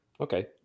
Okay